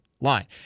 line